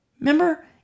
Remember